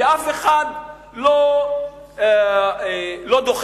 מוסכם על כולם שהם עשו